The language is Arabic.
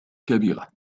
كبيرة